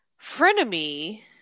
frenemy